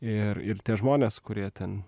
ir ir tie žmonės kurie ten